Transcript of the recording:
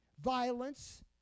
Violence